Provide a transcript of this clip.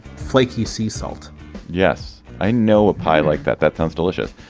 flaky sea salt yes, i know a pie like that. that sounds delicious.